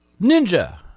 Ninja